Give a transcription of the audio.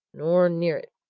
nor near it,